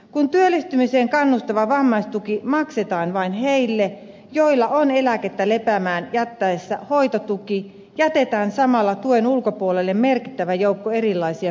kun työllistymiseen kannustava vammaistuki maksetaan vain heille joilla on eläkettä lepäämään jätettäessä hoitotuki jätetään samalla tuen ulkopuolelle merkittävä joukko erilaisia pitkäaikaissairaita